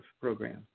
program